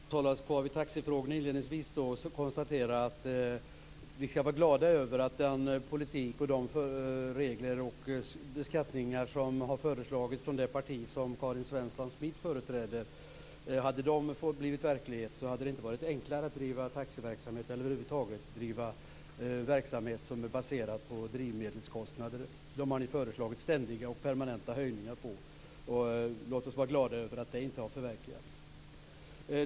Fru talman! Låt oss hålla oss kvar vid taxifrågorna och inledningsvis konstatera att vi kan vara glada över att den politik, de regler och de skatter som har föreslagits av det parti som Karin Svensson Smith företräder inte har blivit verklighet. Då hade det inte varit enklare att driva taxiverksamhet eller att över huvud taget driva verksamhet som är baserad på drivmedelskostnader. Dem har ni föreslagit ständiga och permanenta höjningar av. Låt oss vara glada över att det inte har förverkligats.